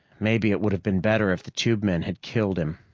maybe it would have been better if the tubemen had killed him.